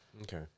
Okay